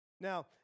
Now